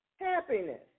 happiness